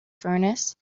furnace